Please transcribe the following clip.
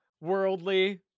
worldly